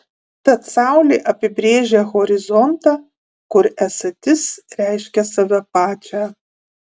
tad saulė apibrėžia horizontą kur esatis reiškia save pačią